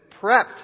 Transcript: prepped